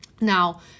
Now